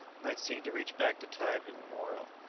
might seem to reach back to time immemorial.